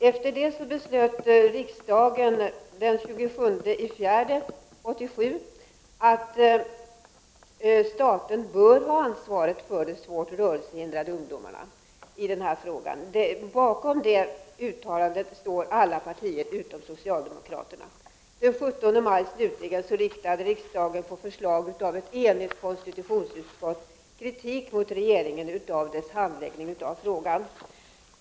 Efter detta beslöt riksdagen den 27 april 1987 att staten bör ha ansvaret för de svårt rörelsehindrade ungdomarnas gymnasieutbildning. Bakom det uttalandet står alla partier utom socialdemokraterna. Den 17 maj, slutligen, riktade riksdagen, på förslag av ett enigt konstitutionsutskott, kritik mot regeringen för dess handläggning av frågan.